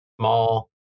small